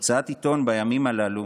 הוצאת עיתון בימים הללו